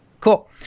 cool